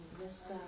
Yes